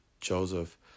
Joseph